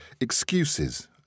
excuses